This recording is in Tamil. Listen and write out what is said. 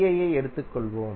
ஐ எடுத்துக் கொள்வோம்